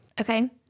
Okay